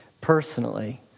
Personally